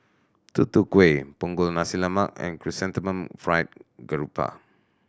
Tutu Kueh Punggol Nasi Lemak and Chrysanthemum Fried Garoupa